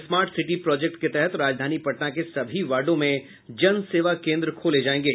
smart city project के तहत राजधानी पटना के सभी वार्डो में जन सेवा केन्द्र खोले जायेंगे